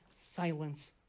silence